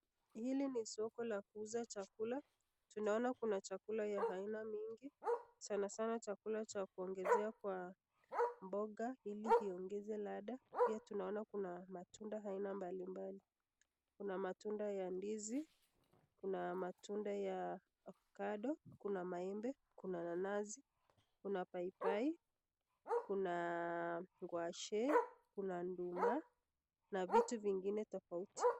Hili ni soko la kuuza chakula. Tunaona Kuna aina ya chakula aina mingi sana sana chakula ya kuongezea kwa mboga ili iongeze ladhaa. Pia tunaona Kuna matunda ya aina mbalimbali , Kuna matunda ya ndizi , Kuna matunda ya avocado , Kuna maembe, Kuna nanasi , Kuna paipai , Kuna ngwashe , Kuna duma na vitu vingine tofauti.